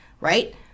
right